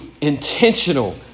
intentional